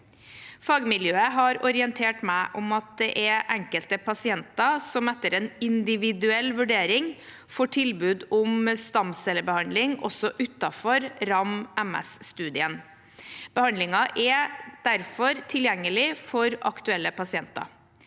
Fagmiljøet har orientert meg om at det er enkelte pasienter som, etter en individuell vurdering, får tilbud om stamcellebehandling også utenom RAM-MS-studien. Behandlingen er derfor tilgjengelig for aktuelle pasienter.